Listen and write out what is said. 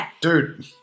Dude